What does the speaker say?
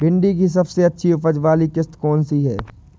भिंडी की सबसे अच्छी उपज वाली किश्त कौन सी है?